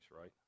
right